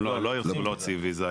הם לא ירצו להוציא ויזה.